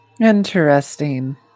Interesting